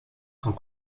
sont